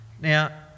Now